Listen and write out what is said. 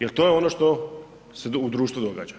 Jer to je ono što se u društvu događa.